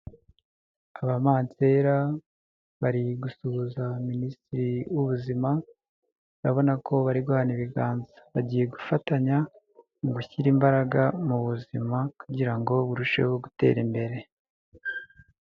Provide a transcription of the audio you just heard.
Abamansera bari gusuhuza minisitiri w'ubuzima, urabona ko bari guhana ibiganza bagiye gufatanya mu gushyira imbaraga mu buzima kugira ngo burusheho gutera imbere.